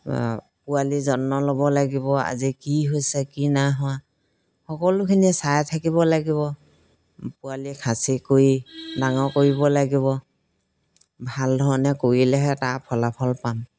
পোৱালি যত্ন ল'ব লাগিব আজি কি হৈছে কি নাই হোৱা সকলোখিনি চাই থাকিব লাগিব পোৱালি খাচী কৰি ডাঙৰ কৰিব লাগিব ভাল ধৰণে কৰিলেহে তাৰ ফলাফল পাম